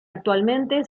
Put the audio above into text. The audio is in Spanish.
actualmente